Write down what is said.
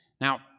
Now